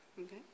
Okay